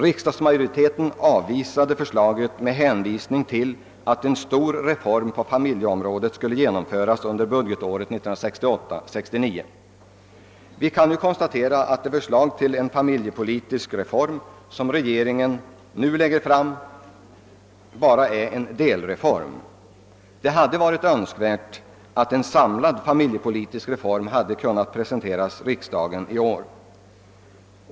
Riksdagsmajoriteten avvisade förslaget med hänvisning till att en stor reform på familjeområdet skulle genomföras under budgetåret 1968/69. Vi kan nu konstatera att det förslag till en familjepolitisk reform som regeringen här lägger fram bara är en delreform. Det hade varit önskvärt att en samlad familjepolitisk reform hade kunnat presenteras riksdagen i år.